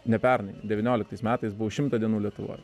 ne pernai devynioliktais metais buvau šimtą dienų lietuvoj